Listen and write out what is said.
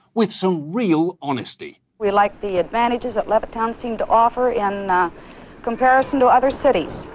with some real honesty. we liked the advantages that levittown seem to offer in comparison to other cities,